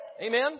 Amen